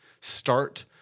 start